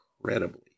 incredibly